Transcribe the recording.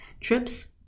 trips